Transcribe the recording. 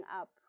up